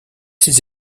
ses